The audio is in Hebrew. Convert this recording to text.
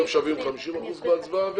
הם שווים 50% מההצבעה,